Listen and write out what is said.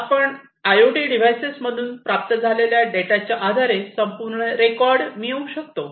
आपण आयओटी डिव्हाइसमधून प्राप्त झालेल्या डेटाच्या आधारे संपूर्ण रेकॉर्ड मिळवू शकतो